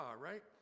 right